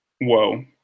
whoa